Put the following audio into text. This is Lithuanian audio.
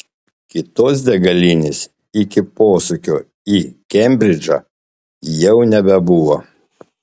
kitos degalinės iki posūkio į kembridžą jau nebebuvo